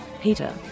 Peter